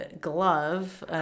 glove